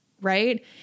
right